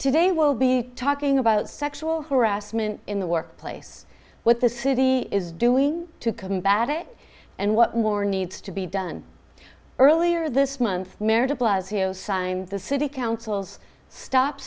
today we'll be talking about sexual harassment in the workplace what this city is doing to combat it and what more needs to be done earlier this month plus hero signed the city council's stop